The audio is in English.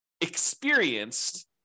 experienced